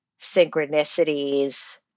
synchronicities